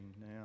now